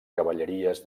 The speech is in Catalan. cavalleries